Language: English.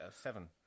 seven